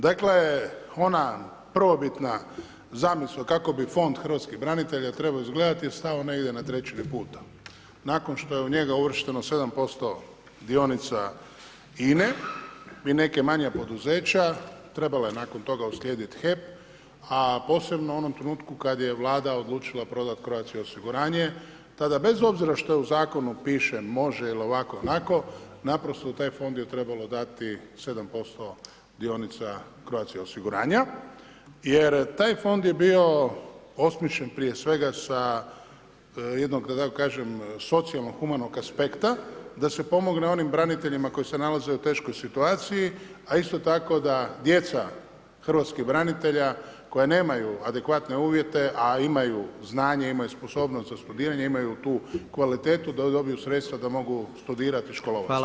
Dakle ona prvobitna zamisao kako bi Fond hrvatskih branitelja trebao izgledati je stao negdje na trećini puta nakon što je u njega uvršteno 7% dionica INA-e bi i neka manja poduzeća, trebao je nakon toga uslijediti HEP a posebno u onom trenutku kada je Vlada odlučila prodati Croatia osiguranje, tada bez obzira što u zakonu piše može ili ovako ili onako, naprosto u taj fond je trebalo dati 7% dionica Croatia osiguranja jer taj fond je bio osmišljen prije svega sa, jednog da tako kažem socijalno humanog aspekta da se pomogne onim braniteljima koji se nalaze u teškoj situaciji a isto tako da djeca hrvatskih branitelja koja nemaju adekvatne uvjete a imaju znanje, imaju sposobnost za studiranje, imaju tu kvalitetu da dobiju sredstva da mogu studirati i školovati se.